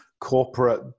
corporate